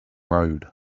road